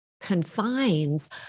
confines